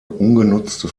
ungenutzte